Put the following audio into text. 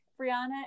Brianna